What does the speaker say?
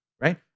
right